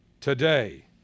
today